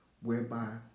whereby